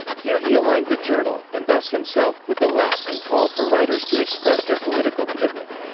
here he aligned the journal, and thus himself, with the left and called for writers to express their political commitment.